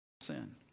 sin